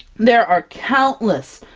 there are countless,